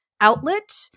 outlet